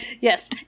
Yes